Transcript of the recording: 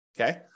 Okay